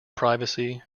privacy